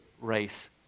race